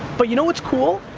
but you know what's cool?